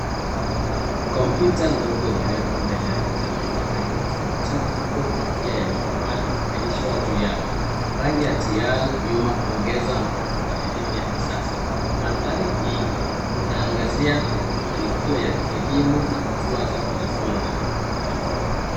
Kompyuta ndogo imewekwa mbele ya vitabu vya rangi tofauti huku kofia ya mahafali ikikalishwa juu yake. Rangi ya teal nyuma huongeza mvuto wa elimu ya kisasa. Mandhari hii inaangazia mafanikio ya kielimu na hatua za kujifunza.